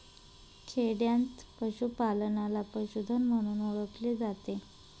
खेडयांत पशूपालनाला पशुधन म्हणून ओळखले जाते